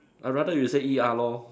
I rather you say E_R lor